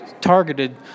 targeted